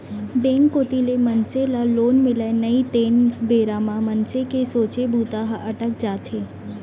bank कोती ले मनसे ल लोन मिलय नई तेन बेरा म मनसे के सोचे बूता ह अटक जाथे